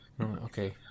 Okay